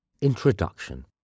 Introduction